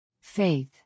Faith